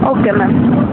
okay madam